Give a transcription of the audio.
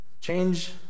change